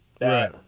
Right